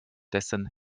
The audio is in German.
dessen